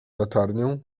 latarnię